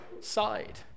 side